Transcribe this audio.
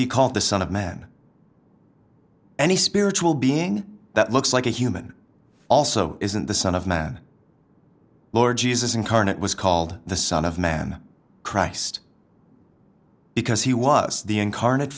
be called the son of man any spiritual being that looks like a human also isn't the son of man lord jesus incarnate was called the son of man christ because he was the incarnate